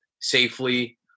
safely